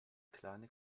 kleine